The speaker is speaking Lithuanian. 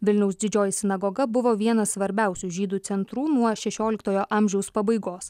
vilniaus didžioji sinagoga buvo vienas svarbiausių žydų centrų nuo šešioliktojo amžiaus pabaigos